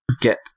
get